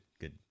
good